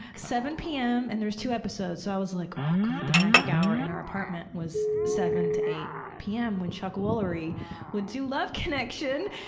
seven pm and there's two episodes. so i was like, oh good. the magic hour in our apartment was seven to eight pm when chuck woolery would do love connection.